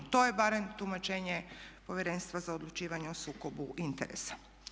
To je barem tumačenje Povjerenstva za odlučivanje o sukobu interesa.